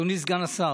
אדוני סגן השר,